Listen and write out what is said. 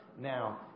Now